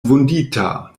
vundita